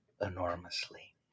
enormously